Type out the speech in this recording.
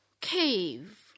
cave